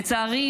לצערי,